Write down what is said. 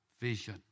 vision